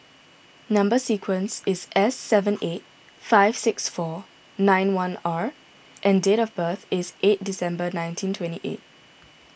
Number Sequence is S seven eight five six four nine one R and date of birth is eight December nineteen twenty eight